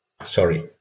Sorry